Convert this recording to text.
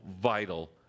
vital